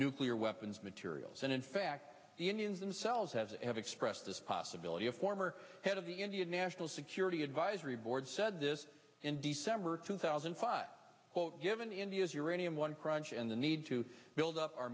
nuclear weapons materials and in fact the indians themselves has a have expressed this possibility a former head of the indian national security advisory board said this in december two thousand five hundred indians uranium one crunch and the need to build up our